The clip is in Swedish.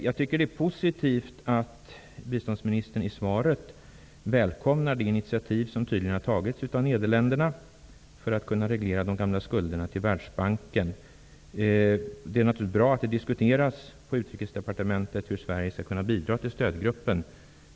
Jag tycker att det är positivt att biståndsministern i svaret välkomnar det initiativ som tydligen har tagits av Nederländerna för att de gamla skulderna till Världsbanken skall kunna regleras. Det är naturligtvis bra att det diskuteras på Utrikesdepartementet hur Sverige skall kunna bidra till stödgruppen.